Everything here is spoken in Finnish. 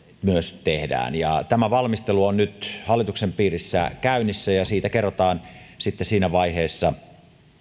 myös tehdään tämä valmistelu on nyt hallituksen piirissä käynnissä ja siitä kerrotaan sitten siinä vaiheessa